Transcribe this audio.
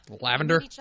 Lavender